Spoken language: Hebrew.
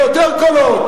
ביותר קולות.